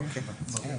אוקיי.